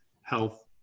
health